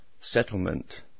settlement